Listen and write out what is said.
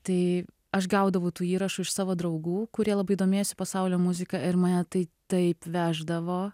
tai aš gaudavau tų įrašų iš savo draugų kurie labai domėjosi pasaulio muzika ir mane tai taip veždavo